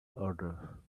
order